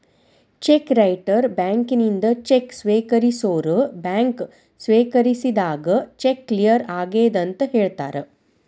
check writer ಬ್ಯಾಂಕಿನಿಂದ cheque ಸ್ವೇಕರಿಸೋರ್ bank ಸ್ವೇಕರಿಸಿದಾಗ ಚೆಕ್ ಕ್ಲಿಯರ್ ಆಗೆದಂತ ಹೇಳ್ತಾರ